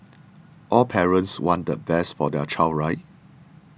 all parents want the best for their child right